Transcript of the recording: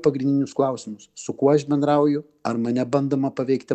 pagrindinius klausimus su kuo aš bendrauju ar mane bandoma paveikti